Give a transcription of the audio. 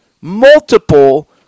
multiple